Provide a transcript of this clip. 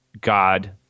God